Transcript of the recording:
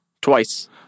twice